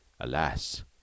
Alas